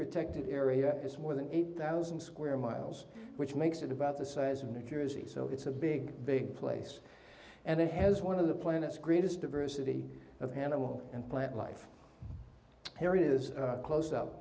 protected area it's more than eight thousand square miles which makes it about the size of new jersey so it's a big big place and it has one of the planet's greatest diversity of animal and plant life